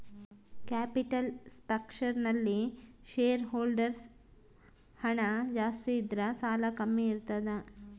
capital structure ನಲ್ಲಿ shareholders ಹಣ ಜಾಸ್ತಿ ಇದ್ದರೆ ಸಾಲ ಕಮ್ಮಿ ಇರ್ತದ